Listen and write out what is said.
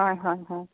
হয় হয় হয়